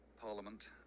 Parliament